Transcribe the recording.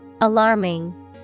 Alarming